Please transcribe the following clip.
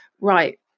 right